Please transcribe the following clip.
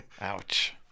ouch